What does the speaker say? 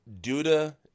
Duda